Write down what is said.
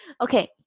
Okay